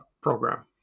program